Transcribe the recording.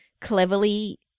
cleverly